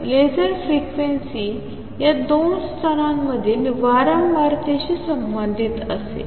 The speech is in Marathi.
तर लेसर फ्रिक्वेन्सी या दोन स्तरांमधील वारंवारतेशी संबंधित असेल